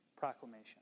proclamation